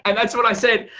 and that's what i said.